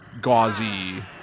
gauzy